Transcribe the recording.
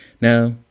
Now